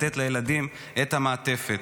ולתת לילדים את המעטפת.